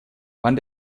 wann